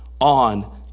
on